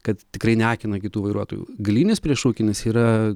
kad tikrai neakina kitų vairuotojų galinis priešrūkinis yra